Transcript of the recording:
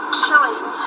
chilling